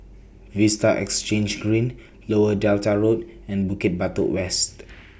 Vista Exhange Green Lower Delta Road and Bukit Batok West